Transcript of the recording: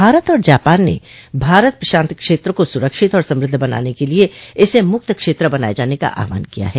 भारत और जापान ने भारत प्रशांत क्षेत्र को सुरक्षित और समृद्ध बनाने के लिए इसे मुक्त क्षेत्र बनाए जाने का आह्वान किया है